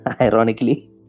Ironically